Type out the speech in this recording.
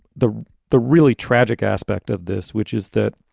the the really tragic aspect of this, which is that.